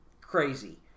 crazy